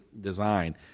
design